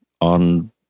on